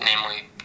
namely